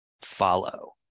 follow